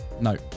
No